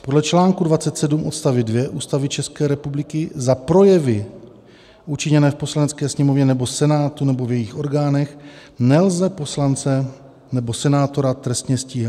Podle článku 27 odst. 2 Ústavy České republiky za projevy učiněné v Poslanecké sněmovně nebo Senátu nebo v jejich orgánech nelze poslance nebo senátora trestně stíhat.